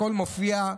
הכול מופיע.